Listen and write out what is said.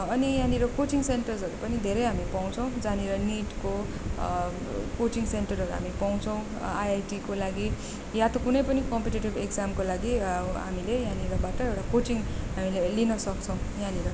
अनि यहाँनिर कोचिङ सेन्टर्सहरू पनि धेरै हामी पाउँछौँ जहाँनिर निटको कोचिङ सेन्टरहरू पाउँछौँ आइआइटीको लागि या त कुनै पनि कम्पिटेटिभ इक्जामको लागि हामीले यहाँनिरबाट एउटा कोचिङ हामीले लिनसक्छौँ यहाँनिर